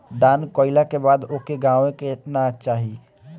दान कइला के बाद ओके गावे के ना चाही